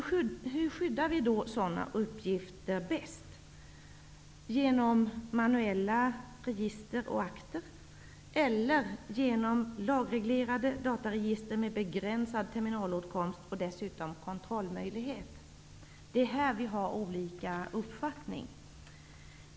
Hur skyddar vi sådana uppgifter bäst -- genom manuella register och akter eller genom lagreglerade dataregister med begränsad terminalåtkomst och dessutom kontrollmöjlighet? Det är här vi har olika uppfattningar.